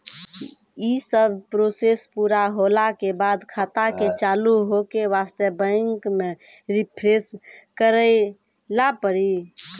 यी सब प्रोसेस पुरा होला के बाद खाता के चालू हो के वास्ते बैंक मे रिफ्रेश करैला पड़ी?